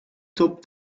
top